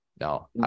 No